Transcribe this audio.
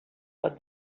pot